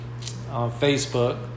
Facebook